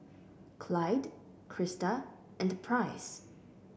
Clide Krista and Price